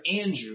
Andrew